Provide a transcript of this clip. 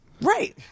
Right